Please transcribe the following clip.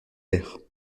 airs